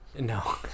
no